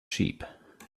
sheep